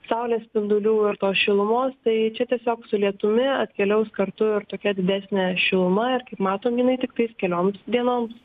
saulės spindulių ir tos šilumos tai čia tiesiog su lietumi atkeliaus kartu ir tokia didesnė šiluma ir kaip matom jinai tiktai kelioms dienoms